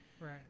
Right